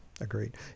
Agreed